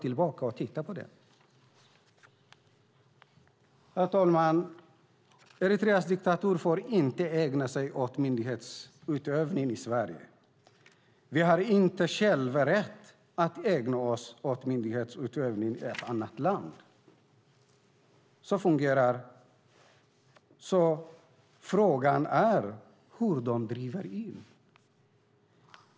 Ni kan titta på det programmet. Herr talman! Eritreas diktatur får inte ägna sig åt myndighetsutövning i Sverige. Vi har inte själva rätt att ägna oss åt myndighetsutövning i annat land. Frågan är hur de driver in skatten.